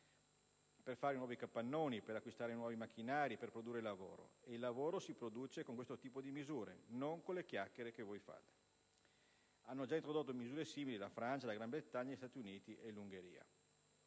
per fare nuovi capannoni, per acquistare nuovi macchinari, per produrre lavoro; e il lavoro si produce con questo tipo di misure, non con le chiacchiere che voi fate. Hanno già introdotto misure simili la Francia, la Gran Bretagna, gli Stati Uniti e l'Ungheria.